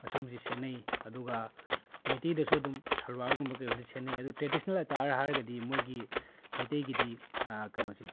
ꯑꯁꯤꯒꯨꯝꯕꯁꯦ ꯁꯦꯠꯅꯩ ꯑꯗꯨꯒ ꯃꯩꯇꯩꯗꯁꯨ ꯑꯗꯨꯝ ꯁꯜꯂꯋꯥꯔꯒꯨꯝꯕ ꯀꯔꯤꯒꯨꯝꯕꯁꯦ ꯁꯦꯠꯅꯩ ꯑꯗꯨ ꯇ꯭ꯔꯦꯗꯤꯁꯅꯦꯜ ꯑꯦꯇꯥꯌꯔ ꯍꯥꯏꯔꯒꯗꯤ ꯃꯣꯏꯒꯤ ꯃꯩꯇꯩꯒꯤꯗꯤ ꯀꯩꯅꯣꯁꯦ